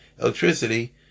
electricity